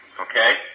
Okay